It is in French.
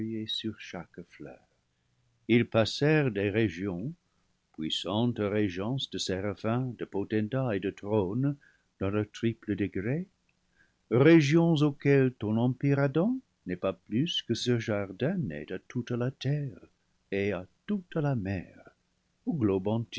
sur chaque fleur ils passèrent des régions puissantes régences de séraphins de potentats et de trônes dans leurs triples degrés régions aux quelles ton empire adam n'est pas plus que ce jardin n'est à toute la terre et à toute la mer au globe